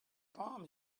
palm